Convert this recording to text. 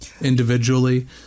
individually